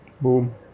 Boom